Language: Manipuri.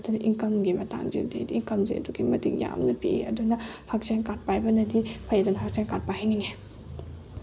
ꯑꯗꯨꯅ ꯏꯝꯀꯝꯒꯤ ꯃꯇꯥꯡꯁꯤꯗꯤ ꯍꯥꯏꯗꯤ ꯏꯟꯀꯝꯁꯦ ꯑꯗꯨꯛꯀꯤ ꯃꯇꯤꯛ ꯌꯥꯝꯅ ꯄꯤꯛꯏ ꯑꯗꯨꯅ ꯍꯛꯁꯦꯜ ꯀꯥꯠ ꯄꯥꯏꯕꯅꯗꯤ ꯐꯩ ꯑꯗꯨꯅ ꯍꯛꯁꯦꯜ ꯀꯥꯠ ꯄꯥꯏꯍꯟꯅꯤꯡꯉꯦ